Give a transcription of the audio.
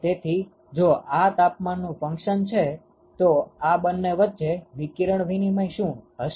તેથી જો આ તાપમાનનું ફંક્શન છે તો આ બંને વચ્ચે વિકિરણ વિનિમય શુ હશે